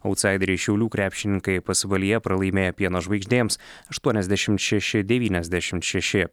autsaideriai šiaulių krepšininkai pasvalyje pralaimėjo pieno žvaigždėms aštuoniasdešim šeši devyniasdešimt šeši